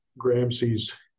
Gramsci's